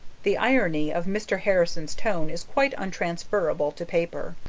the irony of mr. harrison's tone is quite untransferable to paper.